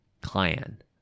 clan